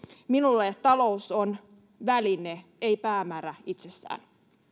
minulle talous on väline ei päämäärä itsessään